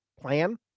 plan